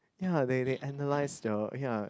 ya they they analyse the ya